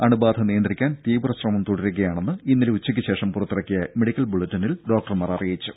അണുബാധ നിയന്ത്രിക്കാൻ തീവ്രശ്രമം തുടരുകയാണെന്ന് ഇന്നലെ ഉച്ചക്ക് ശേഷം പുറത്തിറക്കിയ മെഡിക്കൽ ബുള്ളറ്റിനിൽ ഡോക്ടർമാർ അറിയിച്ചു